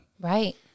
Right